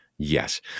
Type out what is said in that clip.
Yes